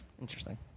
Interesting